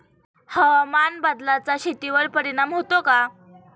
हवामान बदलाचा शेतीवर परिणाम होतो का?